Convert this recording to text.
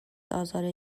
آزار